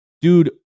Dude